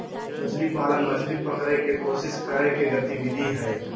मछली पालन, मछली पकड़य के कोशिश करय के गतिविधि हइ